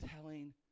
telling